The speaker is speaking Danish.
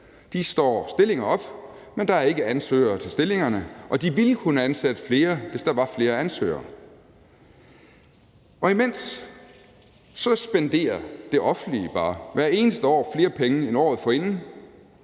De slår stillinger op, men der er ikke ansøgere til stillingerne, og de ville kunne ansætte flere, hvis der var flere ansøgere. Og imens spenderer det offentlige bare hvert eneste år flere penge end året forinden